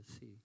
see